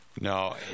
No